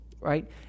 right